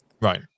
right